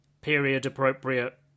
period-appropriate